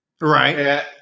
right